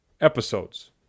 episodes